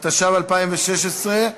התשע"ו 2016,